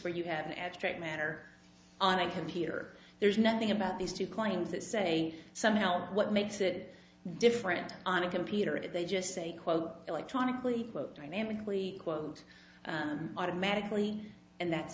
where you have an abstract matter on a computer there's nothing about these two claims that say somehow what makes it different on a computer if they just say quote electronically quote dynamically quote automatically and that's